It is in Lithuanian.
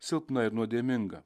silpna ir nuodėminga